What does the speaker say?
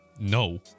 no